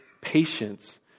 patience